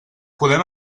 podem